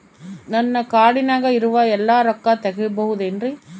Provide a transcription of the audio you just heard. ನನ್ನ ಕಾರ್ಡಿನಾಗ ಇರುವ ಎಲ್ಲಾ ರೊಕ್ಕ ತೆಗೆಯಬಹುದು ಏನ್ರಿ?